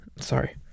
Sorry